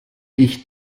ich